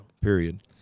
Period